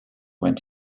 went